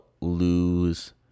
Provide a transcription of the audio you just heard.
lose